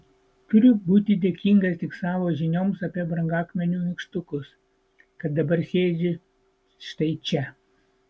turiu būti dėkingas tik savo žinioms apie brangakmenių nykštukus kad dabar sėdžiu štai čia